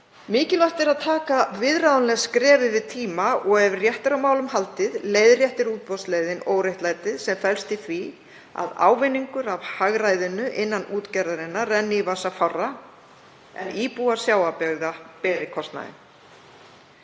Mikilvægt er að stíga viðráðanleg skref í tíma og ef rétt er á málum haldið leiðréttir tilboðsleiðin óréttlætið sem felst í því að ávinningur af hagræðinu innan útgerðarinnar renni í vasa fárra en íbúar sjávarbyggða beri kostnaðinn.